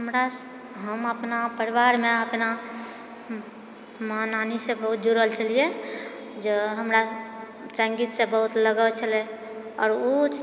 हमरा हम अपना परिवारमे अपना माँ नानीसँ बहुत जुड़ल छलियै जो हमरा सङ्गीतसँ बहुत लगाव छलै आओर ओ